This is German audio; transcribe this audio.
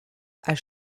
als